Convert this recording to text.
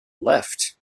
left